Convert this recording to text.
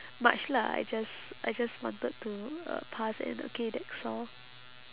much lah I just I just wanted to uh pass and okay that's all